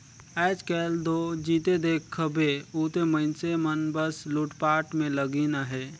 आएज काएल दो जिते देखबे उते मइनसे मन बस लूटपाट में लगिन अहे